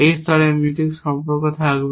এই স্তরের Mutex সম্পর্ক থাকবে